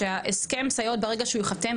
שההסכם סייעות ברגע שהוא יחתם,